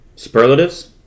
Superlatives